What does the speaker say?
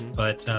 but